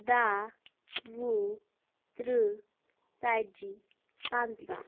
دَہ وُہ تٕرٛہ ژتجی پنٛژاہ